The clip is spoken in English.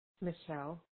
Michelle